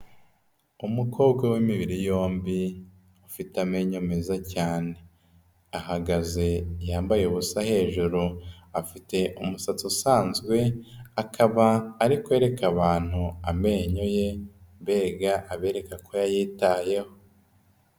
Umukobwa w'imibiri yombi ufite amenyo meza cyane, ahagaze yambaye ubusa hejuru, afite umusatsi usanzwe, akaba ari kwereka abantu amenyo ye, mbega abereka ko yayitayeho.